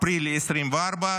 אפריל 2024,